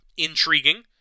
intriguing